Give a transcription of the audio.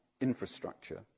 infrastructure